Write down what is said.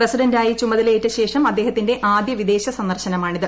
പ്രസിഡന്റായി ചുമതലയേറ്റ ശേഷം ന് അദ്ദേഹത്തിന്റെ ആദ്യ വിദേശ സന്ദർശനമാണിത്